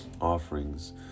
offerings